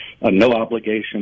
no-obligation